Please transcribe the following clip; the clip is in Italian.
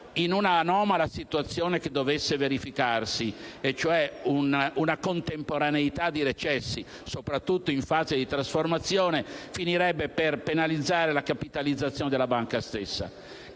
che un'anomala situazione che dovesse verificarsi (cioè una contemporaneità di recessi, soprattutto in fase di trasformazione) finirebbe per penalizzare la capitalizzazione della banca stessa.